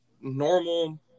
normal